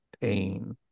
pain